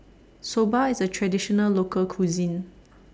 Soba IS A Traditional Local Cuisine